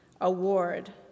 award